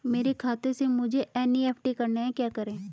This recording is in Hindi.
मेरे खाते से मुझे एन.ई.एफ.टी करना है क्या करें?